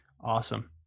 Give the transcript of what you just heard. awesome